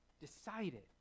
decided